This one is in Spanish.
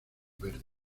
verdes